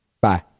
bye